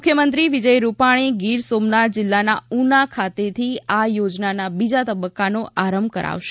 મુખ્યમંત્રી વિજય રૂપાણી ગીર સોમનાથ જિલ્લાના ઊના ખાતેથી આ યોજનાના બીજા તબક્કાનો આરંભ કરાવશે